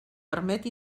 permet